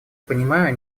понимаю